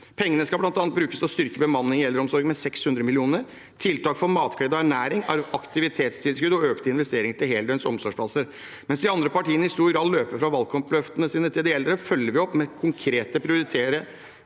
Pengene skal bl.a. brukes til å styrke bemanningen i eldreomsorgen med 600 mill. kr, tiltak for matglede og ernæring, aktivitetstilskudd og økte investeringer til heldøgns omsorgsplasser. Mens de andre partiene i stor grad løper fra valgkampløftene sine til de eldre, følger vi opp med konkret å prioritere